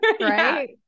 right